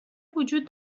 وجود